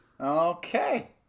Okay